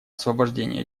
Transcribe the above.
освобождения